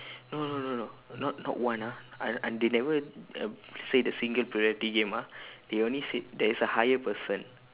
no no no no not not one ah I I they never uh say the singular purity game ah they only said there is a higher person